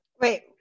Wait